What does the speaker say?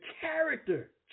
character